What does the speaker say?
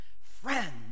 friend